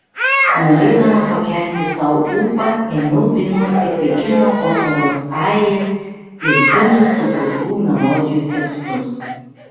norėdama pakelti sau ūpą ėmiau dainuoti pekino operos arijas ir kinui sukurtų melodijų tekstus